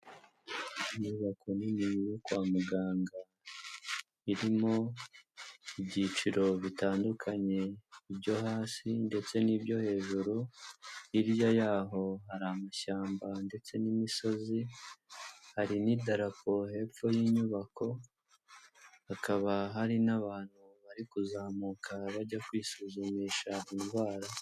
Inyubako nini yo kwa muganga irimo ibyiciro bitandukanye ibyo hasi ndetse n'ibyo hejuru. hirya y'aho hari amashyamba ndetse n'imisozi, hari n'idarapo hepfo y'inyubako, hakaba hari n'abantu bari kuzamuka bajya kwisuzumisha indwara.